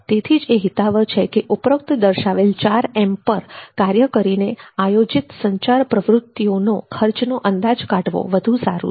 તેથી જ એ હિતાવહ છે કે ઉપરોક્ત દર્શાવેલ 4 ચાર એમ પર કાર્ય કરીને વાર્ષિક આયોજિત સંચાર પ્રવૃત્તિઓના ખર્ચનો અંદાજ કાઢવો વધુ સારું છે